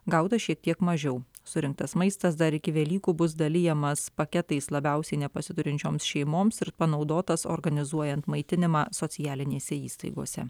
gauta šiek tiek mažiau surinktas maistas dar iki velykų bus dalijamas paketais labiausiai nepasiturinčioms šeimoms ir panaudotas organizuojant maitinimą socialinėse įstaigose